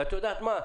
ואת יודעת מה?